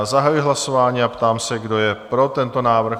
Zahajuji hlasování a ptám se, kdo je pro tento návrh?